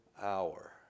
hour